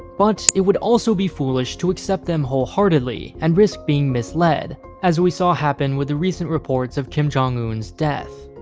but, it would also be foolish to accept them wholeheartedly, and risk being misled, as we saw happen with the recent reports of kim jong-un's death.